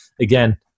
again